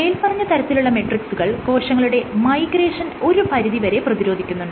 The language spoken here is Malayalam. മേല്പറഞ്ഞ തരത്തിലുള്ള മെട്രിക്സുകൾ കോശങ്ങളുടെ മൈഗ്രേഷൻ ഒരു പരിധി വരെ പ്രതിരോധിക്കുന്നുണ്ട്